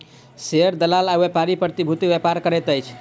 share दलाल आ व्यापारी प्रतिभूतिक व्यापार करैत अछि